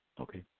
Okay